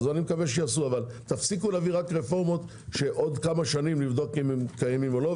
אבל תפסיקו להביא רק רפורמות שעוד כמה שנים נבדוק אם מתקיימים או לא,